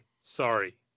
sorry